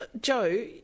Joe